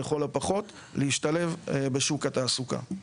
לכל הפחות להשתלב בשוק התעסוקה.